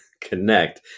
connect